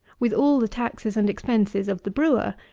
with all the taxes and expenses of the brewer,